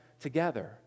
together